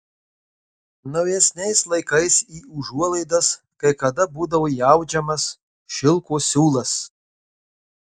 naujesniais laikais į užuolaidas kai kada būdavo įaudžiamas šilko siūlas